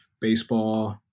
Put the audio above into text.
baseball